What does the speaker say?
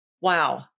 Wow